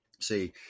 see